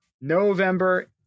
November